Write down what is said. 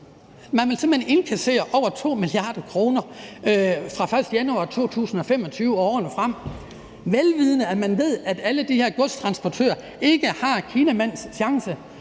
hen indkassere over 2 mia. kr. fra den 1. januar 2025 og årene frem, vel vidende at alle de her godstransportører ikke har en kinamands chance